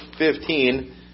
15